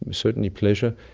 certainly pleasure,